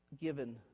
given